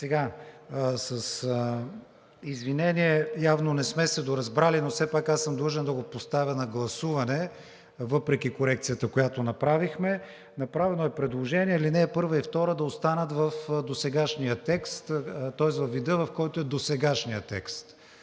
С извинение, явно не сме се доразбрали, но все пак аз съм длъжен да го поставя на гласуване въпреки корекцията, която направихме. Направено е предложение ал. 1 и 2 да останат в досегашния текст, тоест във вида, в който е досегашният текст.